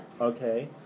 Okay